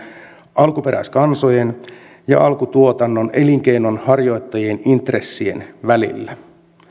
alkuperäiskansojen ja alkutuotannon elinkeinonharjoittajien intressien välillä